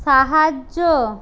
সাহায্য